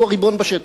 שהוא הריבון בשטח.